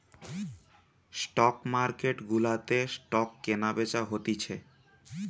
stock market গুলাতে stock কেনা বেচা হতিছে